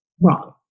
wrong